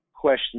question